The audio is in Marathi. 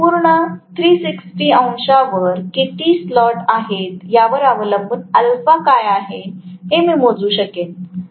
तर संपूर्ण 360 अंशांवर किती स्लॉट आहेत यावर अवलंबून α काय आहे हे मी मोजू शकेन